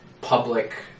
public